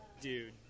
dude